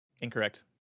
Incorrect